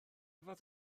fath